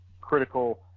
critical